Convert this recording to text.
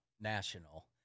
national